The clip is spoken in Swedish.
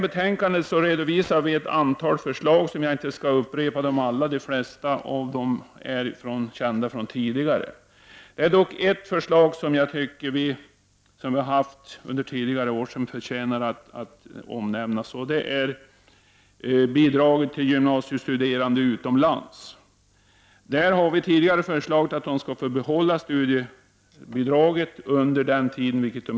I betänkandet redovisas ett antal förslag. Jag skall inte upprepa alla. De flesta är dessutom kända sedan tidigare. Men det finns ett förslag, och det har varit aktuellt även under tidigare år, som förtjänar att omnämnas. Det gäller bidraget till gymnasiestuderande utomlands. Tidigare har vi föreslagit att dessa studerande skall få behålla studiebidraget under sin tid utomlands.